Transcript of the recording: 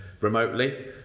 remotely